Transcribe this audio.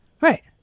Right